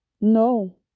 No